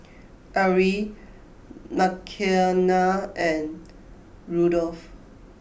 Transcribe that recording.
Arrie Makenna and Rudolph